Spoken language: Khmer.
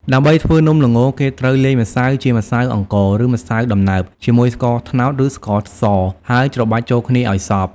ដើម្បីធ្វើនំល្ង គេត្រូវលាយម្សៅ ជាម្សៅអង្ករ ឬម្សៅដំណើប ជាមួយស្ករត្នោត ឬស្ករស ហើយច្របាច់ចូលគ្នាឲ្យសព្វ។